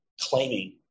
claiming